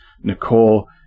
Nicole